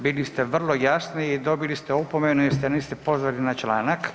Bili ste vrlo jasni i dobili ste opomenu jer se niste pozvali na članak.